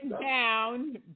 down